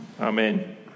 Amen